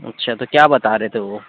اچھا تو کیا بتا رہے تھے وہ